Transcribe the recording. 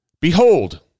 Behold